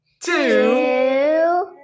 two